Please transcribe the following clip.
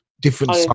different